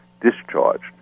discharged